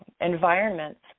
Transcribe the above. environments